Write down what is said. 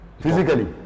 Physically